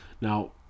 now